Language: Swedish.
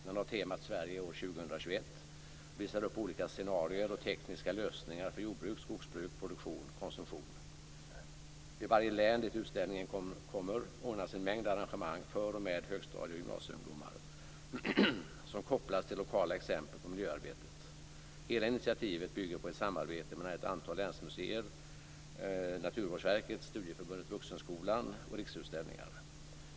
Den har temat Sverige år 2021 och visar upp olika scenarier och tekniska lösningar för jordbruk, skogsbruk, produktion och konsumtion. I varje län dit utställningen kommer ordnas en mängd arrangemang för och med högstadie och gymnasieungdomar som kopplas till lokala exempel på miljöarbetet. Hela initiativet bygger på ett samarbete mellan ett antal länsmuseer, Naturvårdsverket, Studieförbundet Vuxenskolan och Riksutställningar.